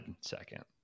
second